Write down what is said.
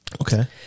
Okay